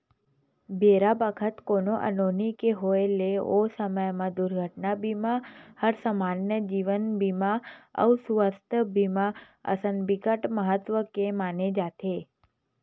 बेरा बखत कोनो अनहोनी के होय ले ओ समे म दुरघटना बीमा हर समान्य जीवन बीमा अउ सुवास्थ बीमा असन बिकट महत्ता के माने जाथे